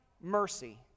mercy